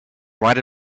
right